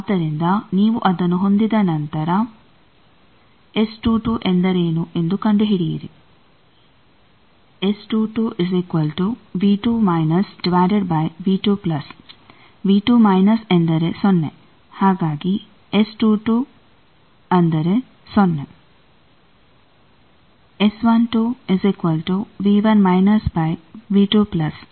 ಆದ್ದರಿಂದ ನೀವು ಅದನ್ನು ಹೊಂದಿದ ನಂತರ ಎಂದರೇನು ಎಂದು ಕಂಡುಹಿಡಿಯಿರಿ